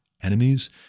enemies